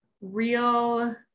real